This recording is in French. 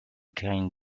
gagnent